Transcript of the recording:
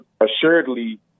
assuredly